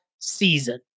Season